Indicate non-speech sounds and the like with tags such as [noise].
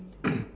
[coughs]